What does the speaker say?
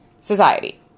society